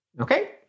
Okay